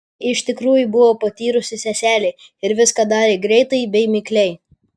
ji iš tikrųjų buvo patyrusi seselė ir viską darė greitai bei mikliai